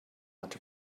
much